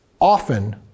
often